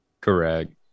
Correct